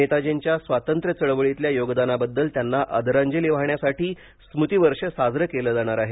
नेतार्जींच्या स्वातंत्र्य चळवळीतल्या योगदानाबद्दल त्यांना आदरांजली वाहण्यासाठी स्मृती वर्ष साजरं केलं जाणार आहे